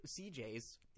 CJ's